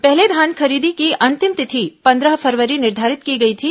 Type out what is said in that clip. पहले धान खरीदी की अंतिम तिथि पंद्रह फरवरी निर्धारित की गई थी